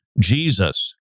Jesus